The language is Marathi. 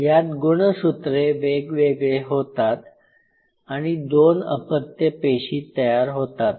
यात गुणसूत्रे वेगवेगळे होतात आणि दोन अपत्य पेशी तयार होतात